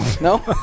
No